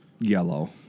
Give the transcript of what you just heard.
Yellow